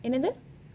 எனது